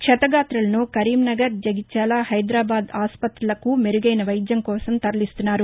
క్షతగాతులను కరీంనగర్ జగిత్యాల హైదరాబాద్ ఆసుపత్రికి మెరుగైన వైద్యం కోసం తరలిస్తున్నారు